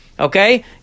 Okay